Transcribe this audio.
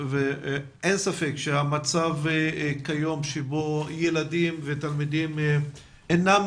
אין ספק שהמצב כיום שבו ילדים ותלמידים אינם